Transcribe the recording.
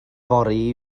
fory